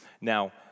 Now